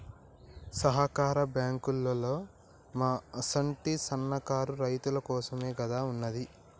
సహకార బాంకులోల్లు మా అసుంటి సన్నకారు రైతులకోసమేగదా ఉన్నది